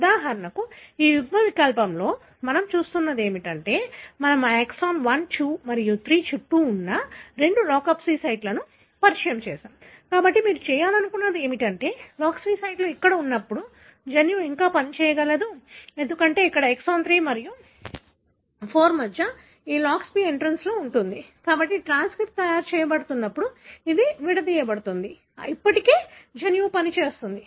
ఉదాహరణకు ఈ యుగ్మవికల్పంలో మనం చూస్తున్నది ఏమిటంటే మేము ఎక్సాన్ 1 2 మరియు 3 చుట్టూ ఉన్న రెండు లాక్స్పి సైట్లను పరిచయం చేసాము కాబట్టి మీరు చేయాలనుకుంటున్నది ఏమిటంటే లాక్స్ పి సైట్లు అక్కడ ఉన్నప్పుడు జన్యువు ఇంకా పనిచేయగలదు ఎందుకంటే ఇక్కడ ఎక్సాన్ 3 మరియు 4 మధ్య ఈ loxP ఇంట్రాన్లో ఉంటుంది కాబట్టి ట్రాన్స్క్రిప్ట్ తయారు చేయబడుతున్నప్పుడు అది విడదీయబడుతుంది ఇప్పటికీ జన్యువు పనిచేస్తుంది